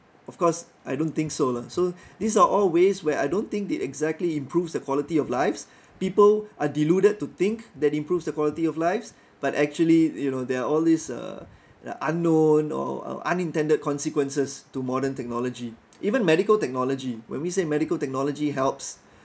of course I don't think so lah so these are always ways where I don't think they exactly improves the quality of lives people are deluded to think that improves the quality of lives but actually you know there are all these uh unknown or unintended consequences to modern technology even medical technology when we say medical technology helps